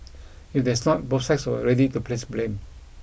if there's not both sides were ready to place blame